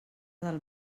del